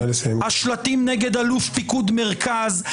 השלטים נגד אלוף פיקוד מרכז,